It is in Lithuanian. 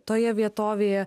toje vietovėje